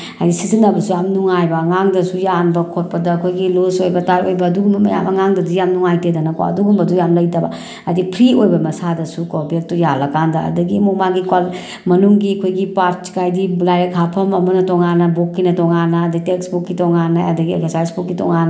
ꯍꯥꯏꯗꯤ ꯁꯤꯖꯤꯟꯅꯕꯁꯨ ꯌꯥꯝ ꯅꯨꯡꯉꯥꯏꯕ ꯑꯉꯥꯡꯗꯁꯨ ꯌꯥꯟꯕ ꯈꯣꯠꯄꯗ ꯑꯩꯈꯣꯏꯒꯤ ꯂꯨꯖ ꯑꯣꯏꯕ ꯇꯥꯏꯠ ꯑꯣꯏꯕ ꯑꯗꯨꯒꯨꯝꯕ ꯃꯌꯥꯝ ꯑꯉꯥꯡꯗꯗꯤ ꯌꯥꯝ ꯅꯨꯡꯉꯥꯏꯇꯦꯗꯅ ꯀꯣ ꯑꯗꯨꯒꯨꯝꯕꯗꯣ ꯌꯥꯝ ꯂꯩꯇꯕ ꯍꯥꯏꯗꯤ ꯐ꯭ꯔꯤ ꯑꯣꯏꯕ ꯃꯁꯥꯗꯁꯨ ꯀꯣ ꯕꯦꯛꯇꯨ ꯌꯥꯜꯂꯀꯥꯟꯗ ꯑꯗꯒꯤ ꯑꯃꯨꯛ ꯃꯥꯒꯤ ꯃꯅꯨꯡꯒꯤ ꯑꯩꯈꯣꯏꯒꯤ ꯄꯥꯔꯠꯁ ꯍꯥꯏꯗꯤ ꯂꯥꯏꯔꯤꯛ ꯍꯥꯞꯐꯝ ꯑꯃꯅ ꯇꯣꯡꯉꯥꯟꯅ ꯕꯨꯛꯀꯤꯅ ꯇꯣꯡꯉꯥꯟꯅ ꯑꯗꯒꯤ ꯇꯦꯛꯁꯕꯨꯛꯀꯤ ꯇꯣꯡꯉꯥꯟꯅ ꯑꯗꯒꯤ ꯑꯦꯛꯁꯔꯁꯥꯏꯁ ꯕꯨꯛꯀꯤ ꯇꯣꯡꯉꯥꯟꯅ